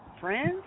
friends